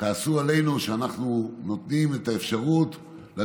כעסו עלינו שאנחנו נותנים לממשלה